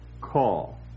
call